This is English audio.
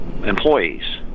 employees